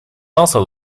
also